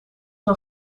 een